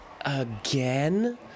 Again